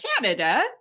Canada